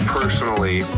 personally